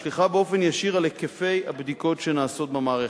משליכה באופן ישיר על היקפי הבדיקות שנעשות במערכת.